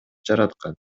жараткан